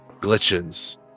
glitches